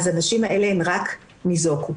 הנשים האלה רק ניזוקו.